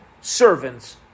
servants